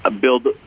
build